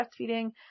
breastfeeding